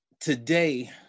today